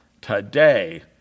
Today